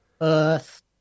Earth